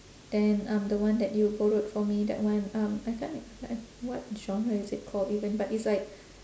then um the one that you borrowed for me that one um I can't I what genre is it called even but it's like